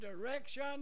direction